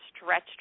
stretched